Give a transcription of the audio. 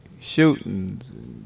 Shootings